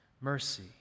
mercy